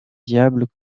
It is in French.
diables